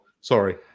sorry